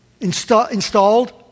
installed